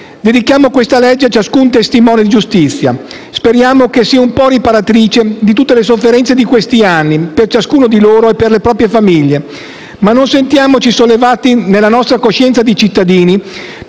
«Dedichiamo questa legge a ciascun testimone di giustizia, speriamo che sia un po' riparatrice di tutte le sofferenze di questi anni, per ciascuno di loro e per le proprie famiglie. Ma non sentiamoci sollevati nella nostra coscienza di cittadini,